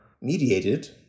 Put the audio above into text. mediated